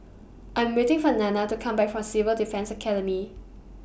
I'm waiting For Nanna to Come Back from Civil Defence Academy